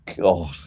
God